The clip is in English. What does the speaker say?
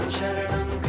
Sharanam